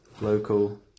local